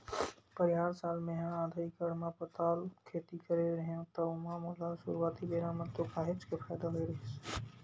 परिहार साल मेहा आधा एकड़ म पताल खेती करे रेहेव त ओमा मोला सुरुवाती बेरा म तो काहेच के फायदा होय रहिस